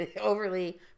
Overly